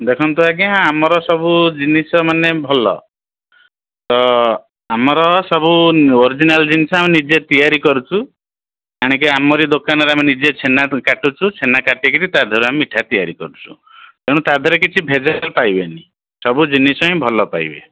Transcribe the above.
ଦେଖନ୍ତୁ ଆଜ୍ଞା ଆମର ସବୁ ଜିନିଷ ମାନେ ଭଲ ତ ଆମର ସବୁ ଓରିଜିନାଲ୍ ଜିନିଷ ଆଉ ନିଜେ ତିଆରି କରୁଛୁ ଆଣିକି ଆମରି ଦୋକାନରେ ଆମେ ନିଜେ ଛେନା କାଟୁଛୁ ଛେନା କାଟିକିରି ତା ଦେହେରେ ଆମେ ମିଠା ତିଆରି କରୁଛୁ ତେଣୁ ତା ଦେହେରେ କିଛି ଭେଜାଲ ପାଇବେନି ସବୁ ଜିନିଷ ହିଁ ଭଲ ପାଇବେ